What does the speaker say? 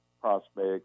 prospects